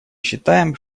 считаем